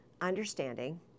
Understanding